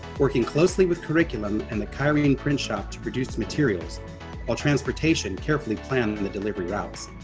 working closely with curriculum and the kyrene print shop to produce materials while transportation carefully planned and the delivery routes.